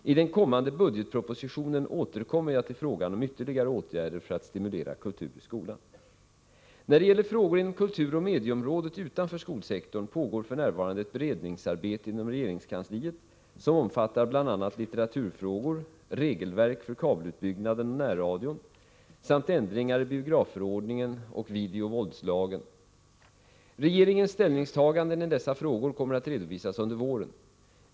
I den kommande budgetpropositionen återkommer jag till frågan om ytterligare åtgärder för att stimulera kultur i skolan. När det gäller frågor inom kulturoch medieområdet utanför skolsektorn pågår f.n. ett beredningsarbete inom regeringskansliet som omfattar bl.a. litteraturfrågor, regelverk för kabelutbyggnaden och närradion samt ändringar i biografförordningen och videovåldslagen. Regeringens ställningstaganden i dessa frågor kommer att redovisas under våren.